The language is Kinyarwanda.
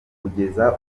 kugeza